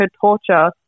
torture